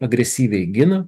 agresyviai gina